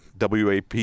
wap